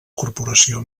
corporació